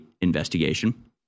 investigation